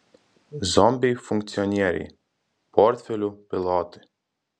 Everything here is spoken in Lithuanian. zombiai funkcionieriai portfelių pilotai